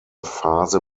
phase